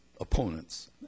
opponents